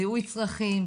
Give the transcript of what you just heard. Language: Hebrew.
זיהוי צרכים,